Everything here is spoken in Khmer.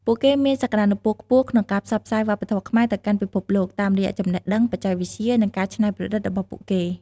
ពួកគេមានសក្ដានុពលខ្ពស់ក្នុងការផ្សព្វផ្សាយវប្បធម៌ខ្មែរទៅកាន់ពិភពលោក តាមរយៈចំណេះដឹង បច្ចេកវិទ្យា និងការច្នៃប្រឌិតរបស់ពួកគេ។